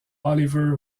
oliver